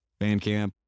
Bandcamp